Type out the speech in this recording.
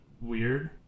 weird